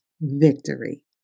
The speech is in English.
victory